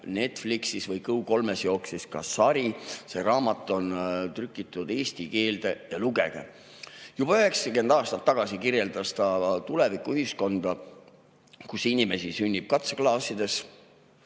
Netflixis või Go3-s jooksis ka sari. See raamat on tõlgitud eesti keelde. Lugege! Juba 90 aastat tagasi kirjeldas ta tulevikuühiskonda, kus inimesi sünnib katseklaasides.